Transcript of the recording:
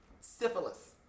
Syphilis